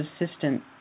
assistant